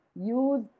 use